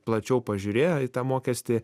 plačiau pažiūrėjo į tą mokestį